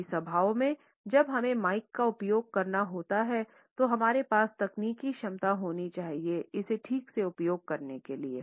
बड़ी सभाओं में जब हमें माइक का उपयोग करना होता है तो हमारे पास तकनीकी क्षमता होनी चाहिए इसे ठीक से उपयोग करने के लिए